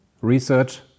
research